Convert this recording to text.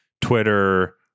Twitter